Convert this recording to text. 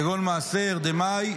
כגון מעשר דמאי,